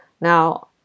now